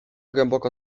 głęboko